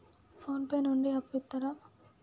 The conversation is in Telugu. ఫోన్ పే నుండి అప్పు ఇత్తరా?